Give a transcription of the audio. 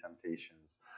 temptations